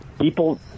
people